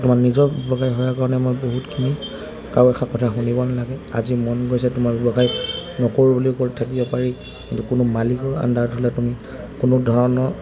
তোমাৰ নিজৰ ব্যৱসায়ৰ কাৰণে মই বহুতখিনি কাৰো এষাৰ কথা শুলিব নালাগে আজি মন গৈছে তোমাৰ ব্যৱসায় নকৰোঁ বুলি কৈ থাকিব পাৰি কিন্তু কোনো মালিকৰ আণ্ডাৰত হ'লে তুমি কোনো ধৰণৰ